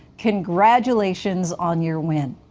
congratulations on your win.